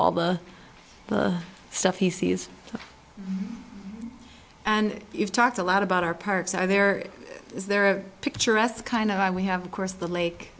all the stuff he sees and you've talked a lot about our parts are there is there a picture of us kind of i we have of course the lake